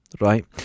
right